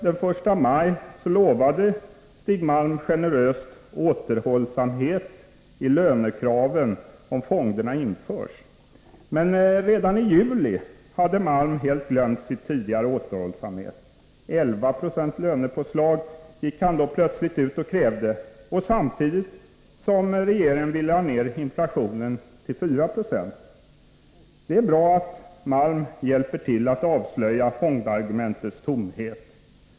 Den första maj lovade Stig Malm generöst återhållsamhet i lönekraven om fonderna införs. Men redan i juli hade Malm helt glömt sin tidigare återhållsamhet — 11 96 lönepåslag gick han plötsligt ut och krävde, samtidigt som regeringen ville ha ner inflationen till 4 20. Det är bra att Malm hjälper till att avslöja fondargumentets tomhet.